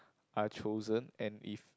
are chosen and if